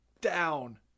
Down